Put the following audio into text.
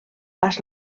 vast